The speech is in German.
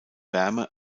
wärme